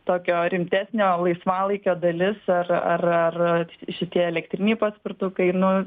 tokio rimtesnio laisvalaikio dalis ar ar ar šitie elektriniai paspirtukai nu